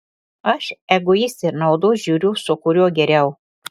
aš egoistė naudos žiūriu su kuriuo geriau